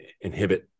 inhibit